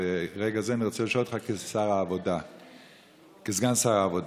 ברגע זה אני רוצה לשאול אותך שאלה כסגן שר העבודה.